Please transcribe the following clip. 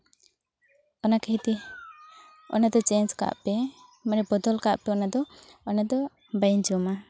ᱚᱱᱟ ᱠᱷᱟ ᱛᱤᱨ ᱛᱮ ᱚᱱᱟ ᱫᱚ ᱪᱮᱹᱧᱡᱽ ᱠᱟᱜ ᱯᱮ ᱢᱟᱱᱮ ᱵᱚᱫᱚᱞ ᱠᱟᱜ ᱯᱮ ᱚᱱᱟ ᱫᱚ ᱚᱱᱟ ᱫᱚ ᱵᱟᱹᱧ ᱡᱚᱢᱟ